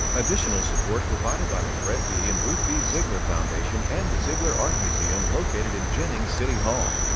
additional support provided by the fred b. and ruth b. ziegler foundation and the ziegler art museum located in jennings city hall.